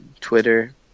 Twitter